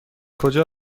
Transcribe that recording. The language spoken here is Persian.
کجا